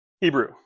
Hebrew